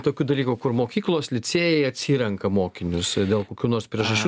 tokių dalykų kur mokyklos licėjai atsirenka mokinius dėl kokių nors priežasčių